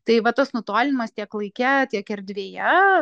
tai va tas nutolimas tiek laike tiek erdvėje